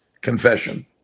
confession